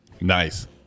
Nice